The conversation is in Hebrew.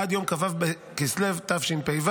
עד יום כ"ו בכסלו התשפ"ו,